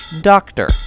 doctor